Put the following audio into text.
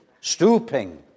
stooping